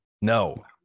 no